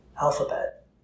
alphabet